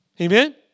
Amen